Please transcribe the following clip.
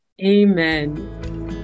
amen